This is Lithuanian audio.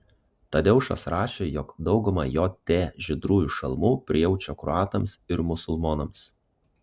tadeušas rašė jog dauguma jt žydrųjų šalmų prijaučia kroatams ir musulmonams